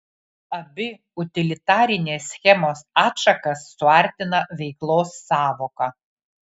abi utilitarinės schemos atšakas suartina veiklos sąvoka